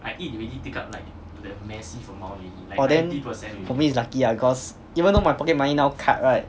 oh then for me it's lucky ah because even though my pocket money now cut right